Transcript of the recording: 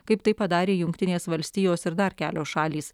kaip tai padarė jungtinės valstijos ir dar kelios šalys